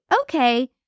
okay